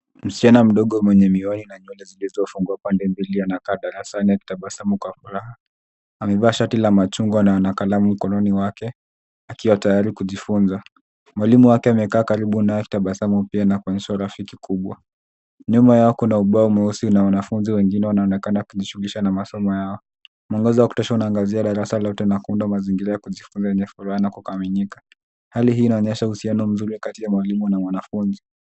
Msichana mdogo mwenye miwani na nywele zilizofungwa pande mbili anakaa darasani akitabasamu kwa furaha. Amevaa shati la machungwa na ana kalamu mkononi wake, akiwa tayari kujifunza. Mwalimu wake amekaa karibu naye akitabasamu pia na kuonyesha urafiki mkubwa. Nyuma yao kuna ubao mweusi na wanafunzi wengine wanaonekana kujishughulisha na masomo yao. Mwangaza wa kutosha unaangazia darasa lote na kuunda mazingira ya kujifunza yenye furaha na kukamilika. Hali hii inaonyesha uhusiano mzuri kati ya mwalimu na mwanafunzi.